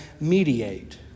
mediate